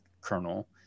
kernel